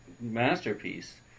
masterpiece